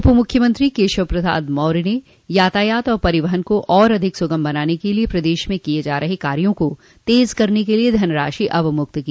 उप मुख्यमंत्री केशव प्रसाद मौर्य ने यातायात एवं परिवहन को और अधिक सुगम बनाने के लिये प्रदेश में किये जा रहे कार्यों को तेज करने के लिये धनराशि अवमुक्त की